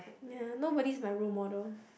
ya nobody is my role model